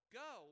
go